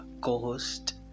co-host